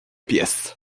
pies